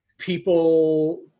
people